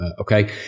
okay